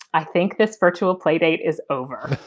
i think this virtual playdate is over.